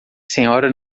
senhora